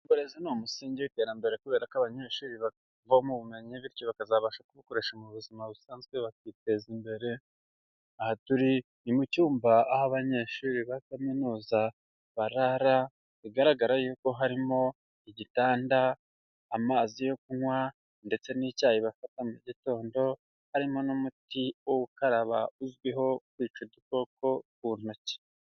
Uburezi ni umusingi w'iterambere kubera ko abanyeshuri bavoma ubumenyi. Bityo bakazabasha kubukoresha mu buzima busanzwe, bakiteza imbere. Aha turi mu cyumba aho abanyeshuri ba kaminuza barara. Bigaragara yuko harimo igitanda, amazi yo kunywa ndetse n'icyayi bafata mu gitondo. Harimo n'umuti wo gukaraba uzwiho kwica udukoko ku ntoki.